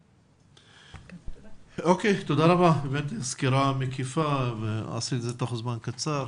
תודה רבה, אכן סקירה מקיפה, ובזמן קצר.